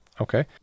Okay